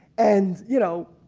and you know,